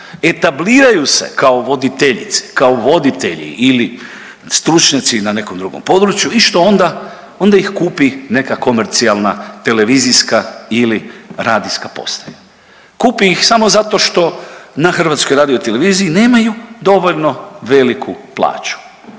etabliraju se kao voditeljice, kao voditelji ili stručnjaci na nekom drugom području i što onda, onda ih kupi nema komercijalna televizijska ili radijska postaja. Kupi ih samo zato što na HRT-u nemaju dovoljno veliku plaću.